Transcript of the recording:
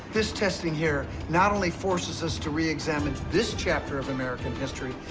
this testing here not only forces us to reexamine this chapter of american history,